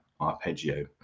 arpeggio